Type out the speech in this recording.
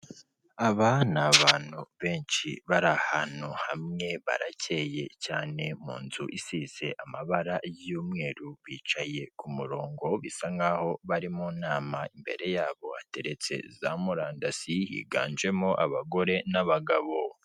Aba ni abantu benshi bari ahantu hamwe, barakeyeye cyane, mu nzu isize amabara y'umweru, bicaye ku murongo, bisa nk'aho bari mu nama, imbere yabo bateretse za murandasi, higanjemo abagore n'abagabo.